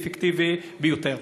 ואפקטיבי ביותר.